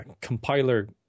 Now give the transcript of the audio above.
compiler